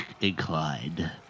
inclined